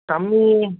கம்மி